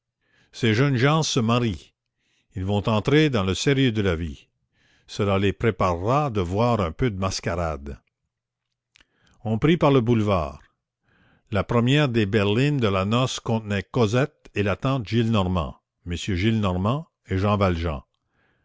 ces jeunes gens se marient ils vont entrer dans le sérieux de la vie cela les préparera de voir un peu de mascarade on prit par le boulevard la première des berlines de la noce contenait cosette et la tante gillenormand m gillenormand et jean valjean